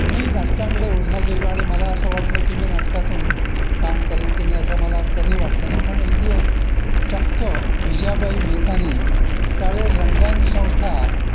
मी नाटकांकडे ओढला गेलो आणि मला असं वाटलं की मी नाटकातून काम करेन की नाही असं मला कधी वाटलं नाही पण एक दिवस चक्क विजयाबाई मेहतांनी त्यावेळी रंगायन संस्था